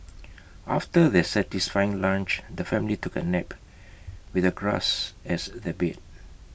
after their satisfying lunch the family took A nap with the grass as their bed